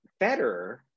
Federer